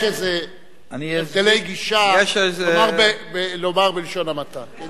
יש איזה הבדלי גישה, לומר בלשון המעטה.